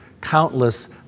countless